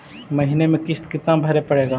महीने में किस्त कितना भरें पड़ेगा?